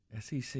SEC